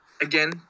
again